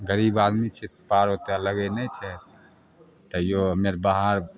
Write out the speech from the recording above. गरीब आदमी छी पार ओतेक लागै नहि छै तैओ हमे आओर बाहर